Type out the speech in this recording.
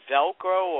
Velcro